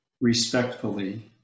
respectfully